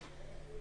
פליליים.